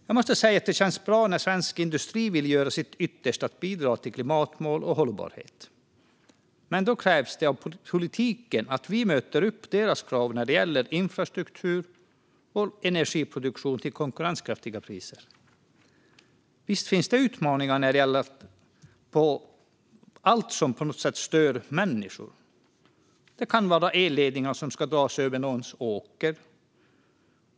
Jag måste säga att det känns bra att svensk industri vill göra sitt yttersta för att bidra till klimatmål och hållbarhet. Men då krävs det att politiken möter upp deras krav när det gäller infrastruktur och energiproduktion till konkurrenskraftiga priser. Visst finns det utmaningar med allt som på något sätt stör människor. Det kan vara elledningar som ska dras över någons åker.